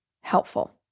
helpful